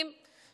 שאתם,